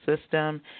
System